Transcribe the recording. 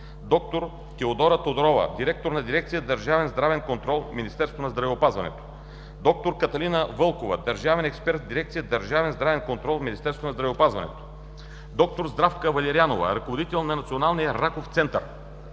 д-р Теодора Тодорова – директор на дирекция „Държавен здравен контрол“, Министерство на здравеопазването; д-р Каталина Вълкова – държавен експерт в дирекция „Държавен здравен контрол“, Министерство на здравеопазването; проф. д-р Здравка Валерианова – ръководител на Националния раков регистър;